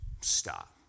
stop